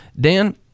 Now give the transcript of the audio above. Dan